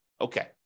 Okay